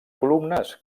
columnes